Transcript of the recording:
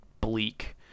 bleak